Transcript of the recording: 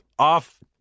off